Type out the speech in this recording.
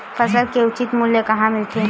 फसल के उचित मूल्य कहां मिलथे?